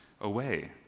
away